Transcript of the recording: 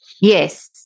Yes